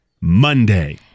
Monday